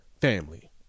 Family